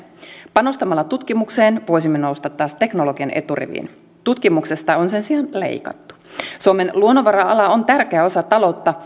panostamalla tutkimukseen voisimme nousta taas teknologian eturiviin tutkimuksesta on sen sijaan leikattu suomen luonnonvara ala on tärkeä osa taloutta